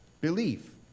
belief